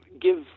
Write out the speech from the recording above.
give